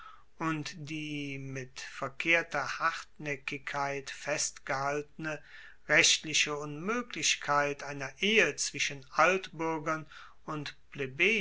und die mit verkehrter hartnaeckigkeit festgehaltene rechtliche unmoeglichkeit einer ehe zwischen altbuergern und